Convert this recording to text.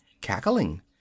cackling